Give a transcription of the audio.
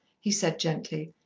he said gently,